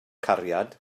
cariad